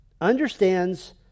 understands